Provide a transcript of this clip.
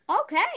Okay